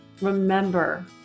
Remember